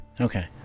Okay